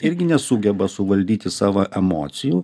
irgi nesugeba suvaldyti savo emocijų